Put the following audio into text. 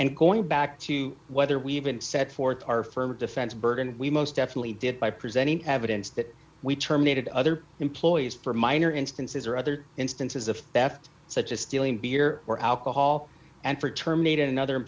and going back to whether we even set forth our firm defense burden we most definitely did by presenting evidence that we terminated other employees for minor instances or other instances of death such as stealing beer or alcohol and for terminated another